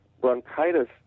Bronchitis